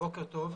בוקר טוב.